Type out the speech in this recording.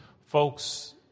Folks